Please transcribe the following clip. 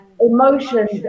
emotions